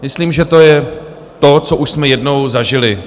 Myslím, že to je to, co už jsme jednou zažili.